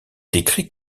décrit